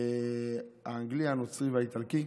האנגלי, הנוצרי והאיטלקי,